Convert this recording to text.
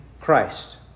Christ